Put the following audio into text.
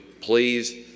please